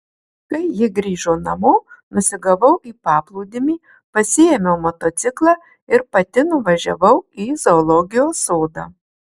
kai ji grįžo namo nusigavau į paplūdimį pasiėmiau motociklą ir pati nuvažiavau į zoologijos sodą